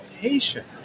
patient